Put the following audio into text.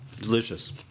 Delicious